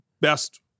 best